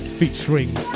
Featuring